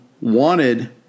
wanted